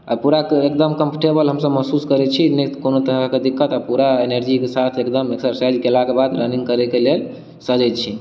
आ पूरा एकदम कम्फर्टेबल हमसब महसूस करै छी नहि कोनो तरह के दिक्कत आ पूरा एनर्जी के साथ एकदम एक्सरसाइज केलाक बाद रनिंग करै के लेल सजै छी